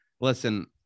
listen